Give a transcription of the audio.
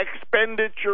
expenditure